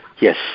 Yes